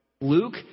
Luke